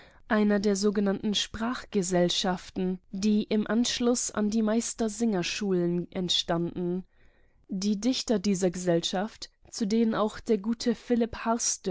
einer der sogenannten sprachgesellschaften die im anschluß an die meistersingerschulen entstanden die dichter dieser gesellschaft zu denen auch der gute